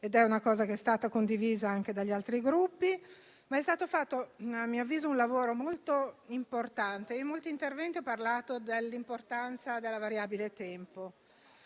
e tale richiesta è stata condivisa anche dagli altri Gruppi. È stato fatto, a mio avviso, un lavoro molto importante. In molti interventi ho parlato dell'importanza della variabile tempo;